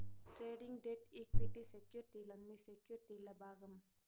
trading, debt, equity సెక్యుర్టీలన్నీ సెక్యుర్టీల్ల భాగం